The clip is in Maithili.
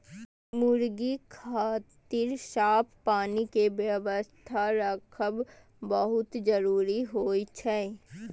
मुर्गी खातिर साफ पानी के व्यवस्था राखब बहुत जरूरी होइ छै